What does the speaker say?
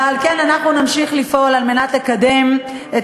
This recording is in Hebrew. ועל כן אנחנו נמשיך לפעול על מנת לקדם את